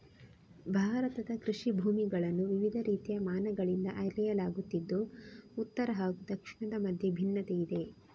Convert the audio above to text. ಭಾರತದ ಕೃಷಿ ಭೂಮಿಗಳನ್ನು ವಿವಿಧ ರೀತಿಯ ಮಾನಗಳಿಂದ ಅಳೆಯಲಾಗುತ್ತಿದ್ದು ಉತ್ತರ ಹಾಗೂ ದಕ್ಷಿಣದ ಮಧ್ಯೆ ಭಿನ್ನತೆಯಿದೆ